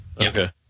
Okay